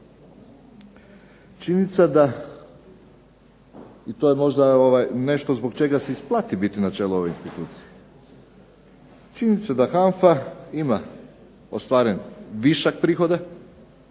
činjenica da i to je možda nešto zbog čega se isplati biti na čelu ove institucije, činjenica da HANFA ima ostvaren više prihoda,